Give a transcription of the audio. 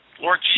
Lord